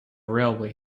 railway